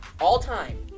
all-time